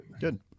Good